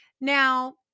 Now